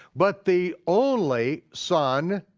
but the only son,